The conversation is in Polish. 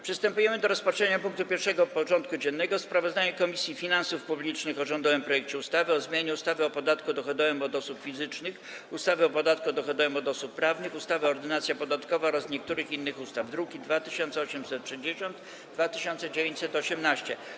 Przystępujemy do rozpatrzenia punktu 1. porządku dziennego: Sprawozdanie Komisji Finansów Publicznych o rządowym projekcie ustawy o zmianie ustawy o podatku dochodowym od osób fizycznych, ustawy o podatku dochodowym od osób prawnych, ustawy Ordynacja podatkowa oraz niektórych innych ustaw (druki nr 2860 i 2918)